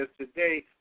today